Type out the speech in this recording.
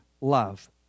love